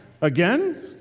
Again